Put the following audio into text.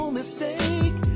mistake